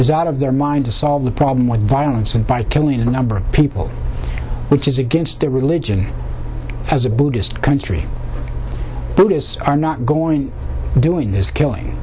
is out of their mind to solve the problem with violence and by killing a number of people which is against their religion as a buddhist country buddhists are not going doing is killing